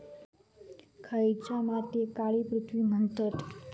खयच्या मातीयेक काळी पृथ्वी म्हणतत?